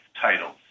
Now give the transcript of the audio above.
titles